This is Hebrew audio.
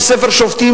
ספר שופטים,